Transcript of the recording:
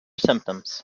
symptoms